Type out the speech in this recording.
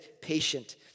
patient